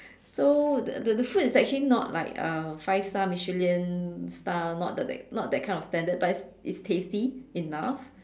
so the the food is actually not like uh five star Michelin Star not the like not that kind of standard but it's it's tasty enough